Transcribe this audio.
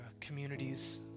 communities